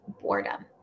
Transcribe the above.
boredom